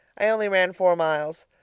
i only ran four miles.